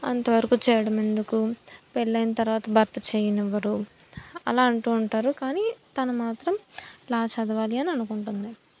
అంతవరకు చేయడం ఎందుకు పెళ్ళైన తర్వాత భర్త చెయ్యనివ్వరు అలా అంటూ ఉంటారు కానీ తను మాత్రం లా చదవాలి అని అనుకుంటుంది